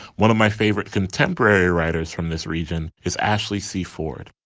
one of my favorite contemporary writers from this region is ashley c. ford.